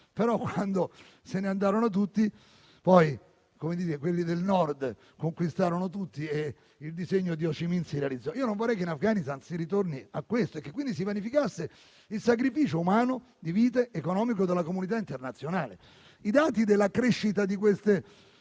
però quando se ne andarono tutti, il Vietnam del Nord conquistò tutto e il disegno di Ho Chi Minh si realizzò. Io non vorrei che in Afghanistan si ritornasse a questo e che quindi si vanificasse il sacrificio umano, di vite ed economico della comunità internazionale. I dati della crescita delle